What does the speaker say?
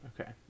okay